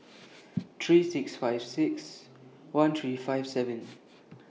three six five six one three five seven